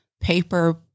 paper